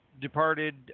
Departed